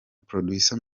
producer